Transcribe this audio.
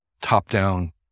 top-down